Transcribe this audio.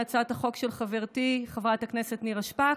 את הצעת החוק של חברתי חברת הכנסת נירה שפק